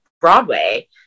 Broadway